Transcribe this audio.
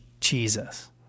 Jesus